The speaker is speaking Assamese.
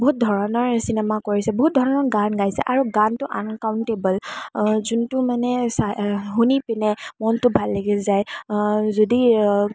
বহুত ধৰণৰ চিনেমা কৰিছে বহুত ধৰণৰ গান গাইছে আৰু গানটো আনকাউণ্টেবল যোনটো মানে চাই শুনি পিনে মনটো ভাল লাগি যায় যদি